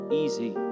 easy